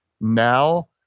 Now